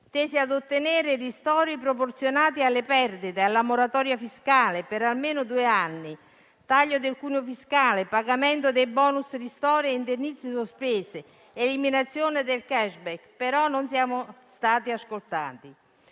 tese a ottenere ristori proporzionati alle perdite; la moratoria fiscale per almeno due anni; il taglio del cuneo fiscale; il pagamento di *bonus*; ristori e indennizzi sospesi; l'eliminazione del *cashback.* Tuttavia non siamo stati ascoltati.